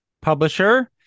publisher